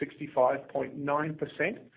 65.9%